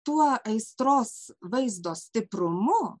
tuo aistros vaizdo stiprumu